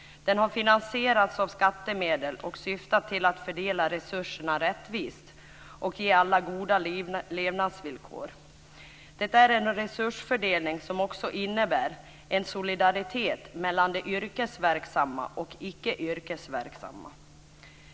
Den har finansierats av skattemedel och syftar till att fördela resurserna rättvist och ge alla goda levnadsvillkor. Det är en resursfördelning som också innebär en solidaritet mellan de yrkesverksamma och icke yrkesverksamma.